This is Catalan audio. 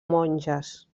monges